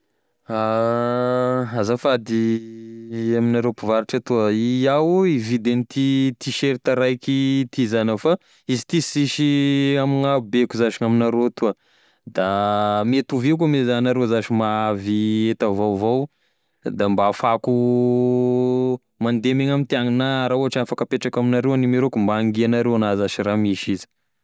Azafady i amignareo mpivarotry atoa, iaho io hividy an'ity tiserta raiky ty zany aho fa izy ty sisy amign'abeko zash gn'amignareo atoa, da mety ovia koa me za agnareo zash mahavy enta vaovao da mba ahafahako mande megna amintiagna na raha ohatry afaky apetrako amignareo e numerôko mba hangiagnareo anah zash raha misy izy.